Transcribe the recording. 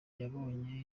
yabonye